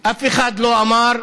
אף אחד לא אמר: